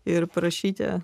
ir parašyti